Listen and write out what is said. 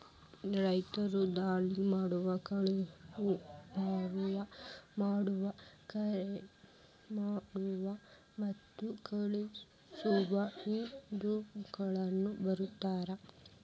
ರೈತ್ರು, ದಲಾಲಿಗಳು, ಕಾಳವ್ಯಾಪಾರಾ ಮಾಡಾವ್ರು, ಕರಿದಿಮಾಡಾವ್ರು ಮತ್ತ ಕಳಸಾವ್ರು ಇದ್ರೋಳಗ ಬರ್ತಾರ